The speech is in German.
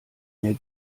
mir